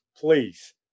please